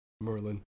Merlin